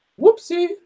whoopsie